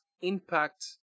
impact